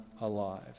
alive